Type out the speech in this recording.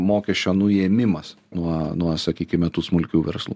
mokesčio nuėmimas nuo nuo sakykime tų smulkių verslų